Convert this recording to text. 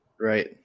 Right